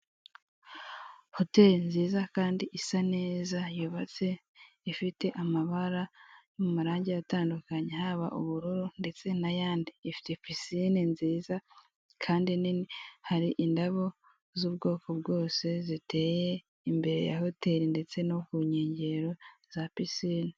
Hoteli nziza kandi isa neza. Yubatse ifite amabara mu marange atandukanye, yaba ubururu ndetse n'ayandi. Ifite pisine nziza kandi nini. Hari indabo z'ubwoko bwose ziteye imbere ya hoteli ndetse no kunkengero za pisine.